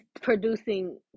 producing